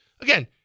again